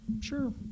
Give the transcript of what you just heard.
Sure